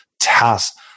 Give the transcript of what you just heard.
tasks